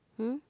mm